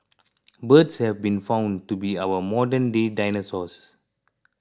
birds have been found to be our modernday dinosaurs